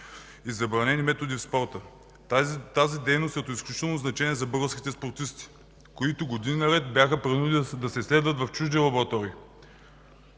и забранени методи в спорта. Тази дейност е от изключително значение за българските спортисти, които години наред бяха принудени да се изследват в чужди лаборатории.